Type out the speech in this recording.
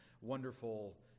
wonderful